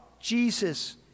Jesus